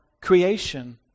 creation